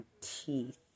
teeth